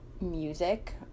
music